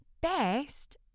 best